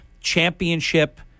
championship